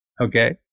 okay